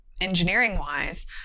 engineering-wise